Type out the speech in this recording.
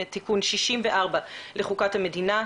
את תיקון 64 לחוקת המדינה,